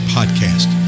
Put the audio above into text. Podcast